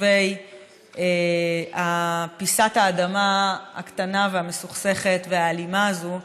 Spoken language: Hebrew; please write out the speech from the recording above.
ותושבי פיסת האדמה הקטנה והמסוכסכת והאלימה הזו,